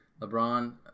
LeBron